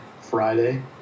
Friday